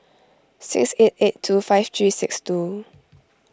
six eight eight two five three six two